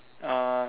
um